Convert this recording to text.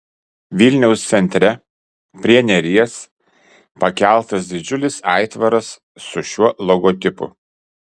vilniaus centre prie neries pakeltas didžiulis aitvaras su šiuo logotipu